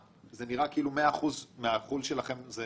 זה נראה כאילו 100% מהחו"ל שלכם זה